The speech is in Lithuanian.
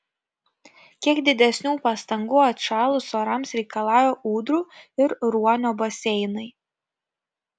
kiek didesnių pastangų atšalus orams reikalauja ūdrų ir ruonio baseinai